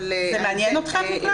אבל --- זה מעניין אתכם?